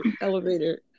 elevator